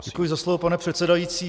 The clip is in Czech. Děkuji za slovo, pane předsedající.